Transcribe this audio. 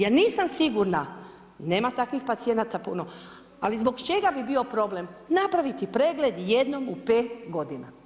Ja nisam sigurna, nema takvih pacijenata puno ali zbog čega bi bio problem napraviti pregled jednom u 5 godina?